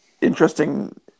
interesting